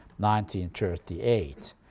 1938